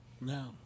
no